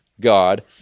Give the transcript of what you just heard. God